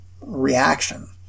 reaction